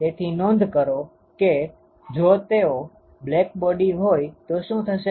તેથી નોંધ કરો કે જો તેઓ બ્લેક્બોડી હોય તો શું થશે